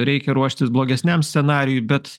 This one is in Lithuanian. reikia ruoštis blogesniam scenarijui bet